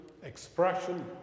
expression